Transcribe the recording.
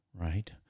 right